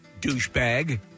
douchebag